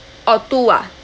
oh two ah